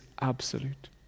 absolute